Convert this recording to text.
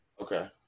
Okay